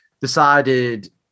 decided